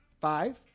Five